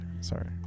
sorry